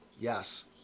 Yes